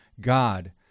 God